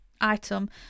item